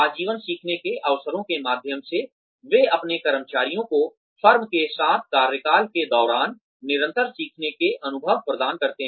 आजीवन सीखने के अवसरों के माध्यम से वे अपने कर्मचारियों को फर्म के साथ कार्यकाल के दौरान निरंतर सीखने के अनुभव प्रदान करते हैं